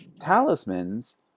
talismans